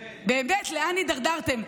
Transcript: באמת, לאן הידרדרתם?